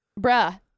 Bruh